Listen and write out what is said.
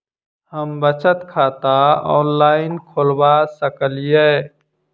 हम बचत खाता ऑनलाइन खोलबा सकलिये?